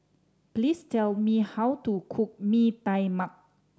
please tell me how to cook Mee Tai Mak